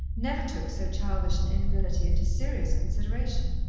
never took so childish an inability into serious consideration.